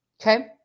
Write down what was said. Okay